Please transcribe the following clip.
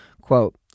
quote